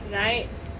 right